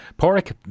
Porik